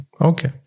Okay